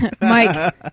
Mike